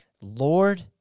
Lord